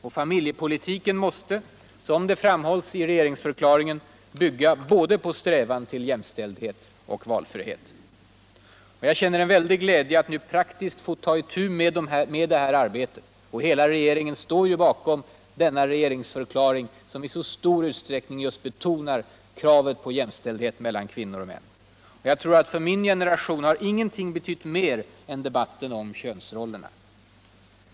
Och familjepolitiken mäåste — som det också framhålls i regeringsförklaringen — bygga på strävan både till jämställdhetr och till valfrihet. Jag känner personligen en viäldig glädje att nu praktiskt få ta itu med det här arbetet. För min generation har nog ingenting betytt mer än debatten om könsrollerna.